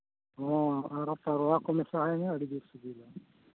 ᱦᱚᱸ ᱟᱨ ᱯᱟᱨᱣᱟ ᱠᱚ ᱢᱮᱥᱟ ᱟᱭ ᱢᱮ ᱟᱹᱰᱤ ᱡᱳᱨ ᱥᱤᱵᱤᱞᱟ